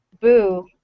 boo